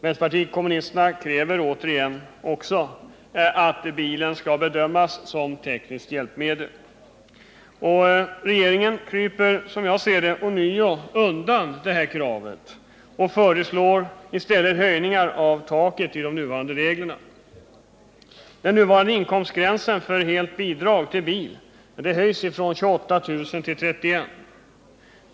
Vpk kräver återigen att bilen skall bedömas som tekniskt hjälpmedel. Regeringen kryper, som jag ser det, ånyo undan detta krav och föreslår i stället höjning av taket i nuvarande regler. Den nuvarande inkomstgränsen för helt bidrag till bil höjs från 28 000 till 31 000 kr.